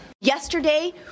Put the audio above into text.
Yesterday